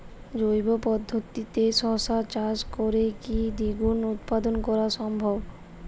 জৈব পদ্ধতিতে শশা চাষ করে কি দ্বিগুণ উৎপাদন করা সম্ভব?